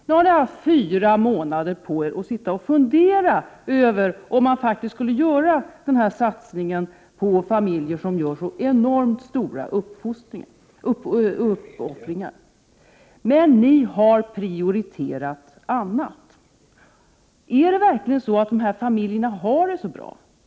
Nu har ni haft fyra månader på er att fundera över om man skall göra dessa satsningar på familjer som gör så enormt stora uppoffringar. Men ni har prioriterat annat. Är det verkligen så att dessa familjer har det bra?